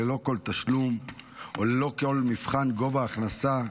ללא כל תשלום וללא כל מבחן גובה הכנסה,